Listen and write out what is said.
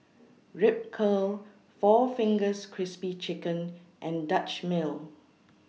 Ripcurl four Fingers Crispy Chicken and Dutch Mill